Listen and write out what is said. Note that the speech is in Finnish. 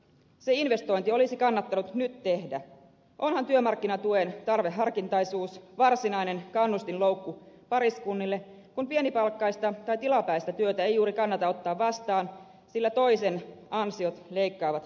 se investointi olisi kannattanut nyt tehdä onhan työmarkkinatuen tarveharkintaisuus varsinainen kannustinloukko pariskunnille kun pienipalkkaista tai tilapäistä työtä ei juuri kannata ottaa vastaan sillä toisen ansiot leikkaavat toisen tukea